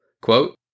Quote